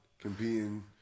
competing